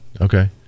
Okay